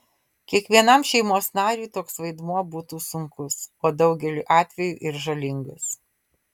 kiekvienam šeimos nariui toks vaidmuo būtų sunkus o daugeliu atvejų ir žalingas